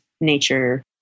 nature